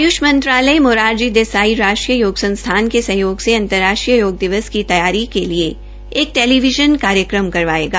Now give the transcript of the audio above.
आय्ष मंत्रालय मोरार जी दसाई राष्ट्रीय योग संस्थान के सहयोग से अंतर्राष्ट्रीय योग दिवस की तैयारी के लिए एक टेलीविज़न कार्यक्रम करवायेगा